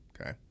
okay